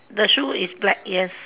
the shoe is black yes